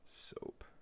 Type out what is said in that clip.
Soap